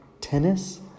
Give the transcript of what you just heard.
tennis